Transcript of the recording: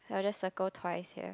I'll just circle twice here